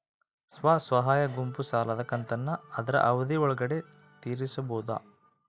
ಸ್ವಸಹಾಯ ಗುಂಪು ಸಾಲದ ಕಂತನ್ನ ಆದ್ರ ಅವಧಿ ಒಳ್ಗಡೆ ತೇರಿಸಬೋದ?